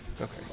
okay